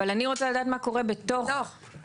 אבל אני רוצה לדעת מה קורה בתוך המתחם.